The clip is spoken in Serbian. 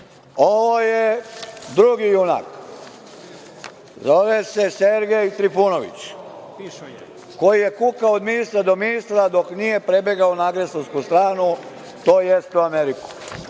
je drugi junak, zove se Sergej Trifunović, koji je kukao od ministra do ministra dok nije prebegao na agresorsku stranu, tj. u Ameriku.